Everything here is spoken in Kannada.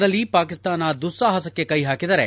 ಗಡಿಭಾಗದಲ್ಲಿ ಪಾಕಿಸ್ತಾನ ದುಸ್ಲಾಹಸಕ್ಕೆ ಕೈ ಹಾಕಿದರೆ